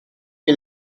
que